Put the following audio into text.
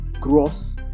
gross